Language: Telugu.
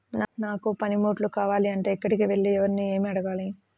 నాకు పనిముట్లు కావాలి అంటే ఎక్కడికి వెళ్లి ఎవరిని ఏమి అడగాలి?